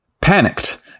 Panicked